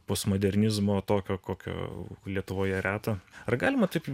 postmodernizmo tokio kokio lietuvoje reta ar galima taip